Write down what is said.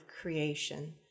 creation